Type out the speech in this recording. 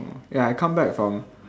ya I come back from